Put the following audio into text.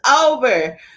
over